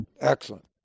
Excellent